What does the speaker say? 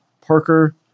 Parker